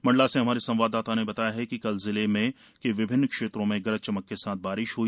मंडला से हमारे संवाददाता ने बताया है कि कल जिले के विभिन्न क्षेत्रों में गरज चमक के साथ बारिश हुई